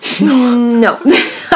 No